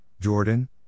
Jordan